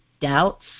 doubts